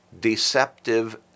deceptive